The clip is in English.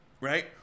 right